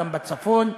גם בצפון,